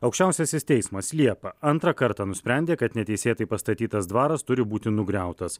aukščiausiasis teismas liepą antrą kartą nusprendė kad neteisėtai pastatytas dvaras turi būti nugriautas